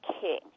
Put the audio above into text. king